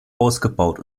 ausgebaut